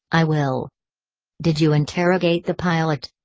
i will did you interrogate the pilot?